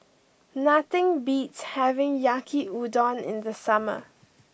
nothing beats having Yaki Udon in the summer